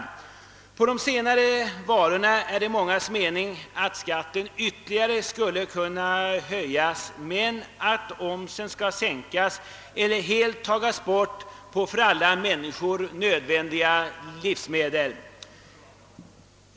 Skatten på de senare varorna skulle enligt mångas mening ytterligare kunna höjas, medan den bör sänkas eller helt tas bort på för alla människor nödvändiga livsmedel.